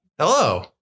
Hello